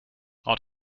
out